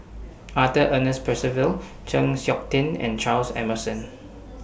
Arthur Ernest Percival Chng Seok Tin and Charles Emmerson